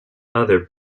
other